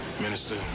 Minister